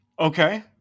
Okay